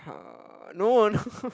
[huh] no no